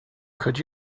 could